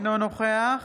אינו נוכח